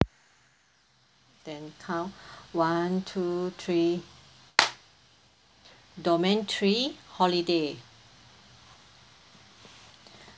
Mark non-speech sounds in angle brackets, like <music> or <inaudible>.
then count one to three <noise> domain three holiday